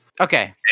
Okay